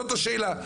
זאת השאלה,